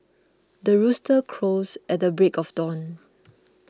the rooster crows at the break of dawn